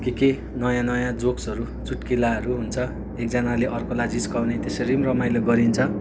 के के नयाँ नयाँ जोक्सहरू चुट्किलाहरू हुन्छ एकजनाले अर्कोलाई जिस्काउने त्यसरी पनि रमाइलो गरिन्छ